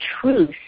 truth